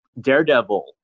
daredevil